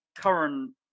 current